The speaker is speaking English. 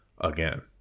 again